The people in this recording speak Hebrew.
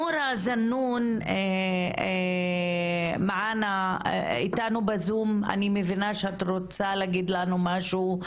נורה זנון, אני מבינה שאת רוצה להגיד לנו משהו.